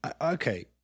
Okay